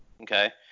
Okay